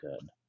good